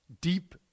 deep